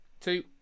two